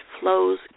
flows